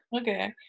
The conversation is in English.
Okay